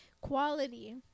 quality